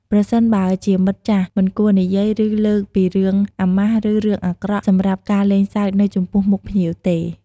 ប្រសិនបើជាមិត្តចាស់ មិនគួរនិយាយ ឬ លើកពីរឿងអាម៉ាស់ ឬរឿងអាក្រក់ សម្រាប់ការលេងសើច នៅចំពោះមុខភ្ញៀវទេ។